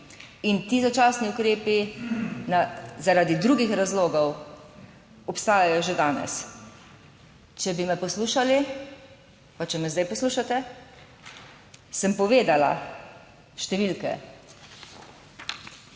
In ti začasni ukrepi zaradi drugih razlogov obstajajo že danes. Če bi me poslušali, pa če me zdaj poslušate, sem povedala, številke.